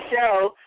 show